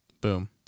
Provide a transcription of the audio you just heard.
Boom